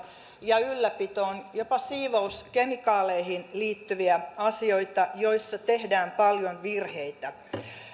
ja ylläpitoon jopa siivouskemikaaleihin liittyviä asioita joissa tehdään paljon virheitä